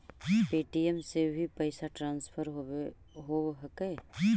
Paytm से भी पैसा ट्रांसफर होवहकै?